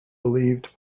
believed